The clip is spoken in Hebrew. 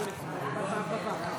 נתקבלה.